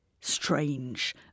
strange